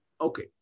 Okay